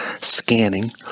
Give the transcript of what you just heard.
scanning